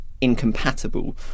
incompatible